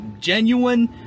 genuine